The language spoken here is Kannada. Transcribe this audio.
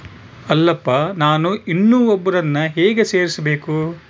ಅಲ್ಲಪ್ಪ ನಾನು ಇನ್ನೂ ಒಬ್ಬರನ್ನ ಹೇಗೆ ಸೇರಿಸಬೇಕು?